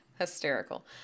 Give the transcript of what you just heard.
hysterical